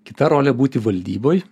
kita rolė būti valdyboj